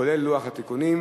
כולל לוח התיקונים.